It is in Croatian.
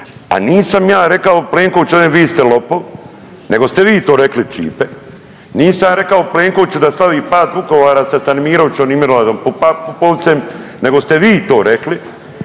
a nisam ja rekao Plenkoviću ovdje vi ste lopov, nego ste vi to rekli Ćipe. Nisam ja rekao Plenkoviću da slavi pad Vukovara sa Stanimirovićem i Miloradom Popovcem nego ste vi to rekli.